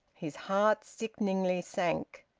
his heart sickeningly sank.